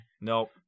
Nope